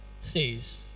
says